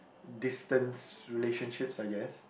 distance relationship I guess